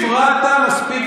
הפרעת מספיק.